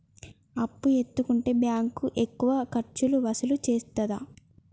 అప్పు ఎత్తుకుంటే బ్యాంకు ఎక్కువ ఖర్చులు వసూలు చేత్తదా?